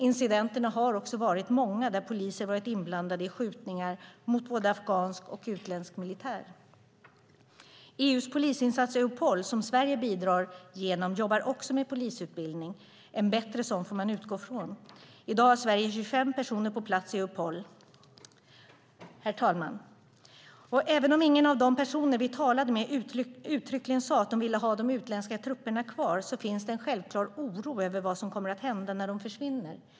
Incidenterna har också varit många där poliser varit inblandade i skjutningar mot både afghansk och utländsk militär. EU:s polisinsats Eupol som Sverige bidrar genom jobbar också med polisutbildning - en bättre sådan, får man utgå från. I dag har Sverige 25 personer på plats i Eupol. Herr talman! Även om ingen av de personer vi talade med uttryckligen sade att de ville ha de utländska trupperna kvar finns det en självklar oro över vad som kommer att hända när de försvinner.